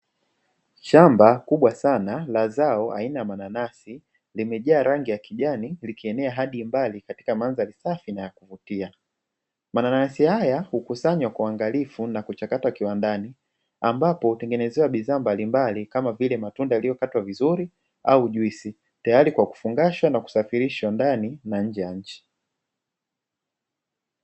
Shamba kubwa sana la zao aina ya mananasi limejaa rangi ya kijani likienea hadi mbali katika mandhari safi na kuvutia. Mananasi haya hukusanywa kwa uangalifu na kuchakatwa kiwandani, ambapo hutengenezewa bidhaa mbalimbali kama vile matunda yaliyokatwa vizuri au juisi tayari kwa kufungashwa na kusafirisha ndani na nje ya nchi.